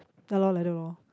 ya lor like that lor